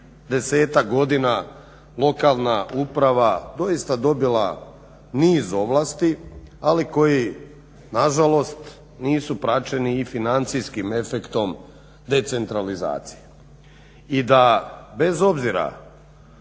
10-ak godina lokalna uprava doista dobila niz ovlasti ali koji nažalost nisu praćeni i financijskim efektom decentralizacije. I da bez obzira